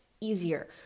easier